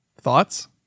thoughts